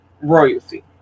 royalty